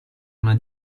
una